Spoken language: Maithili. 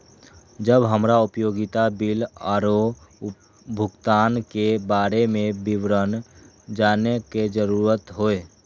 जब हमरा उपयोगिता बिल आरो भुगतान के बारे में विवरण जानय के जरुरत होय?